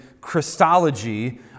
Christology